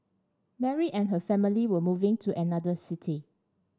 Mary and her family were moving to another city